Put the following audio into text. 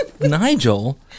nigel